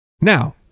Now